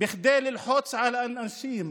בכדי ללחוץ על אנשים,